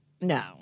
No